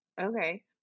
Okay